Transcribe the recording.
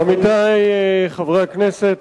עמיתי חברי הכנסת,